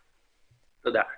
תודה.